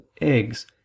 eggs